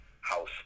House